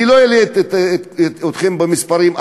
אני לא אלאה אתכם במספרים,